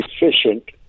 efficient